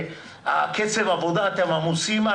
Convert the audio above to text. אתם עמוסים?